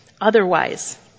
Otherwise